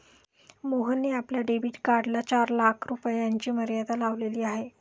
मोहनने आपल्या डेबिट कार्डला चार लाख रुपयांची मर्यादा लावलेली आहे